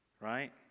right